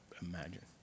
imagine